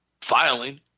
filing